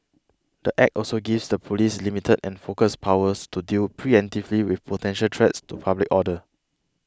the Act also gives the police limited and focused powers to deal pre emptively with potential threats to public order